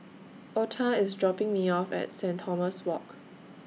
Ota IS dropping Me off At Saint Thomas Walk